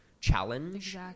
challenge